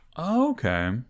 okay